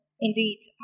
indeed